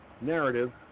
narrative